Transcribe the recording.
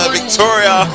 Victoria